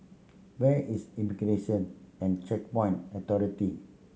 where is Immigration and Checkpoint Authority